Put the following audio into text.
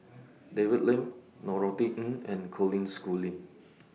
David Lim Norothy Ng and Colin Schooling